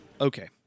Okay